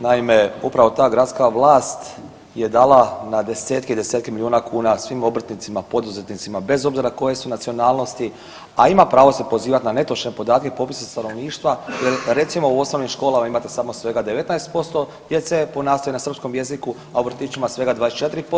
Naime, upravo ta gradska vlast je dala na desetke i desetke milijuna kuna svim obrtnicima, poduzetnicima bez obzira koje su nacionalnosti, a ima pravo se pozivati na netočne podatke popise stanovništva recimo u osnovnim školama imate samo svega 19% djece po nastavi na srpskom jeziku, a u vrtićima svega 24%